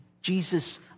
Jesus